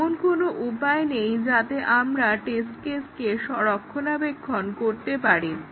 এমন কোনো উপায় নেই যাতে আমরা টেস্ট কেসকে রক্ষণাবেক্ষণ করতে পারি